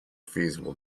feasible